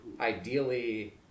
ideally